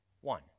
one